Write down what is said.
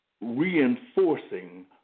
reinforcing